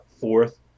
fourth